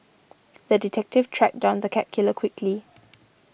the detective tracked down the cat killer quickly